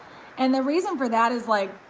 and the reason for that is like,